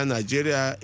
Nigeria